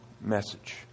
message